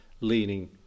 leaning